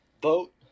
Boat